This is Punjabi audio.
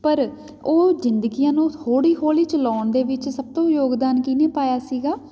ਪਰ ਉਹ ਜ਼ਿੰਦਗੀਆਂ ਨੂੰ ਹੌਲੀ ਹੌਲੀ ਚਲਾਉਣ ਦੇ ਵਿੱਚ ਸਭ ਤੋਂ ਯੋਗਦਾਨ ਕਿਹਨੇ ਪਾਇਆ ਸੀਗਾ